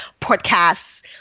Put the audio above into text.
podcasts